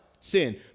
Sin